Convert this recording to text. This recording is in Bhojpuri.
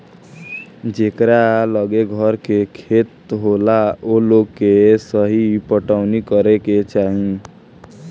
जेकरा लगे घर के खेत होला ओ लोग के असही पटवनी करे के चाही